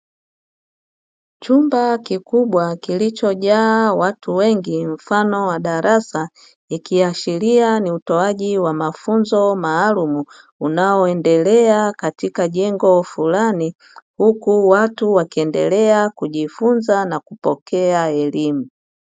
Chumba kikubwa kilichojaa watu wengi mfano wa darasa, ikiashiria ni utoaji wa mafunzo maalumu unaoendelea katika jengo fulani huku watu wakiendelea kujifunza na kupokea elimu.